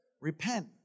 Repent